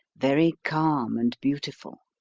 very calm and beautiful.